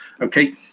okay